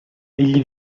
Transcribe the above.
egli